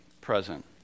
present